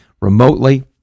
remotely